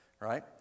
Right